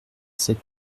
sept